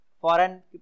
foreign